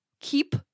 keep